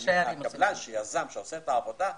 יזם שעושה את העבודה,